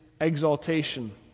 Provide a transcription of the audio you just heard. exaltation